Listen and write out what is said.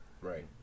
Right